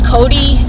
Cody